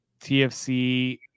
TFC